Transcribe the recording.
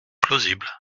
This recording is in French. plausible